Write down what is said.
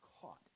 caught